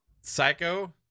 Psycho